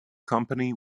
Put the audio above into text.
company